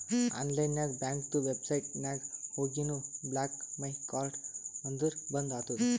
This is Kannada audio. ಆನ್ಲೈನ್ ನಾಗ್ ಬ್ಯಾಂಕ್ದು ವೆಬ್ಸೈಟ್ ನಾಗ್ ಹೋಗಿನು ಬ್ಲಾಕ್ ಮೈ ಕಾರ್ಡ್ ಅಂದುರ್ ಬಂದ್ ಆತುದ